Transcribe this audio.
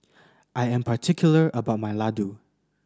I am particular about my Ladoo